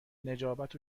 نجابت